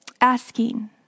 asking